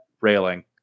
railing